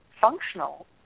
functional